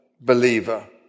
believer